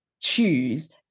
choose